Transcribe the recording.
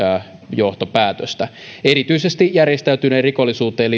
johtopäätöstä erityisesti järjestäytyneeseen rikollisuuteen